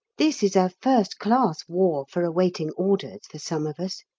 this is a first-class war for awaiting orders for some of us.